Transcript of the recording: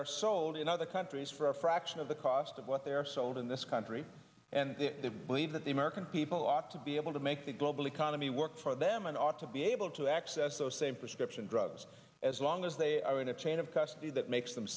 are sold in other countries for a fraction of the cost of what they're sold in this country and the believe that the american people ought to be able to make the global economy work for them and ought to be able to access those same prescription drugs as long as they are in a chain of custody that